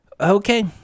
Okay